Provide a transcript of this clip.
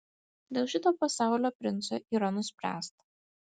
dėl šito pasaulio princo yra nuspręsta